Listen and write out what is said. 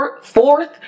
fourth